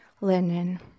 Linen